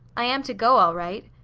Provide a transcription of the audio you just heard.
i am to go, all right.